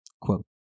quote